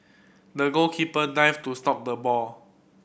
the goalkeeper dived to stop the ball